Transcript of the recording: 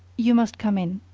you must come in.